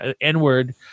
N-word